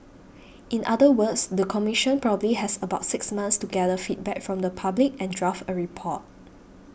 in other words the Commission probably has about six months to gather feedback from the public and draft a report